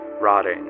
rotting